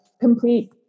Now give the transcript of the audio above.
complete